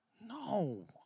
No